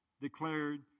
declared